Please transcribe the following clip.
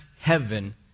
heaven